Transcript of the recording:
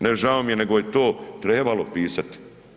Ne žao mi je, nego je to trebalo pisati.